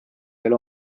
veel